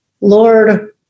Lord